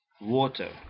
water